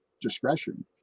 discretion